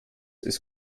ist